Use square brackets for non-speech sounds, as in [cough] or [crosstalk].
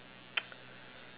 [noise]